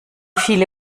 viele